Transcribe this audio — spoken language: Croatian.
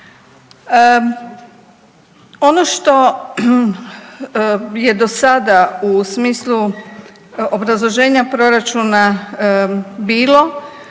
Ono što je do sada u smislu obrazloženja proračuna bilo